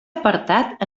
apartat